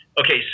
Okay